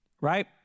right